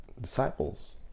disciples